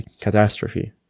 catastrophe